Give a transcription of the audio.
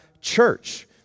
church